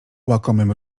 łakomym